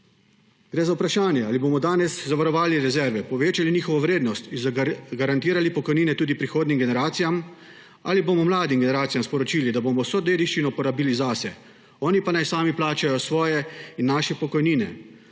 Gre za vprašanja, ali bomo danes zavarovali rezerve, povečali njihovo vrednost, garantirali pokojnine tudi prihodnjim generacijam, ali bomo mladim generacijam sporočili, da bomo vso dediščino porabili zase, oni pa naj sami plačajo svoje in naše pokojnine,